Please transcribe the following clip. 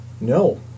No